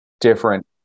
different